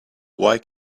why